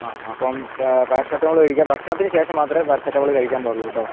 ആ അപ്പം പാരസെറ്റാമോള് കഴിക്കുക ഭക്ഷണത്തിന് ശേഷം മാത്രമേ പാരസെറ്റാമോള് കഴിക്കാൻ പാടുള്ളൂട്ടോ